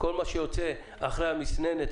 כל מה שיוצא אחרי המסננת,